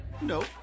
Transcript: Nope